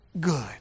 good